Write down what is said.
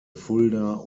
fulda